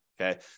Okay